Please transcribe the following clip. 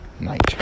night